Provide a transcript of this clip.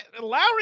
Lowry